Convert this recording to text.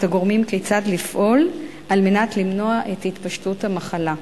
הגורמים כיצד לפעול על מנת למנוע את התפשטות המחלה.